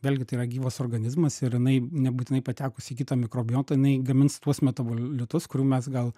vėlgi tai yra gyvas organizmas ir jinai nebūtinai patekus į kitą mikrobiotą jinai gamins tuos metabolitus kurių mes gal